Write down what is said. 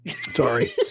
Sorry